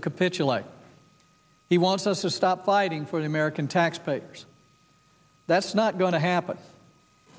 capitulate he wants us to stop fighting for the american taxpayers that's not going to happen